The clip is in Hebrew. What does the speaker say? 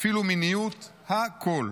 אפילו על מיניות, הכול.